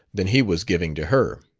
than he was giving to her.